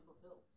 fulfilled